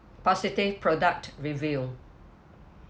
positive product review